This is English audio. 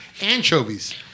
Anchovies